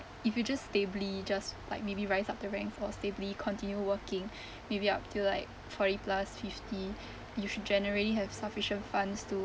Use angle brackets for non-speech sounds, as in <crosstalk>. if you just stably just like maybe rise up the ranks for stably continue working <breath> maybe up till like forty plus fifty <breath> you should generally have sufficient funds to